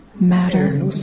matter